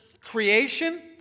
creation